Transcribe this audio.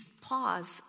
pause